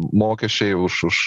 mokesčiai už už